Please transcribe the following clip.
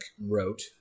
wrote